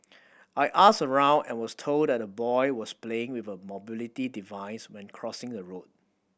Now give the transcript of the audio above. I asked around and was told that the boy was playing with a mobility device when crossing the road